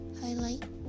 highlight